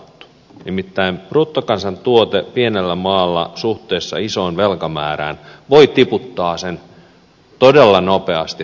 nimittäin bruttokansantuote pienellä maalla suhteessa isoon velkamäärään voi tiputtaa sen todella nopeasti todella alas